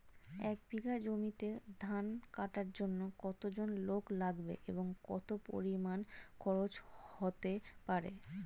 এক বিঘা জমিতে ধান কাটার জন্য কতজন লোক লাগবে এবং কত পরিমান খরচ হতে পারে?